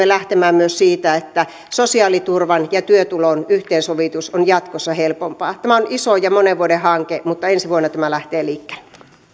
lähtemään myös siitä että sosiaaliturvan ja työtulon yhteensovitus on jatkossa helpompaa tämä on iso ja monen vuoden hanke mutta ensi vuonna tämä lähtee liikkeelle